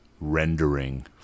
rendering